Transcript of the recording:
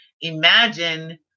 imagine